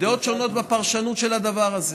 הדעות שונות בפרשנות של הדבר הזה.